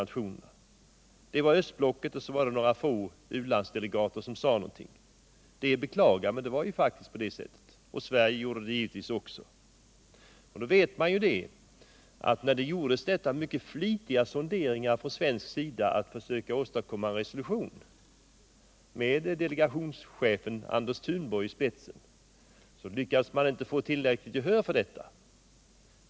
Det var bara företrädare för östblocket och några få u-landsdelegater som sade någonting, och Sverige gjorde det naturligtvis också. Det är att beklaga, men det var faktiskt på det sätter. Det gjordes mycket flitiga sonderingar från svensk sida för att försöka åstadkomma en resolution — med delegationschefen Anders Thunborg i spetsen - men man lyckades inte få ullräckligt gehör för detta.